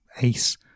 ace